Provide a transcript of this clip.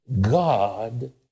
God